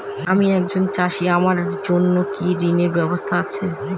আমি একজন চাষী আমার জন্য কি ঋণের ব্যবস্থা আছে?